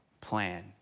plan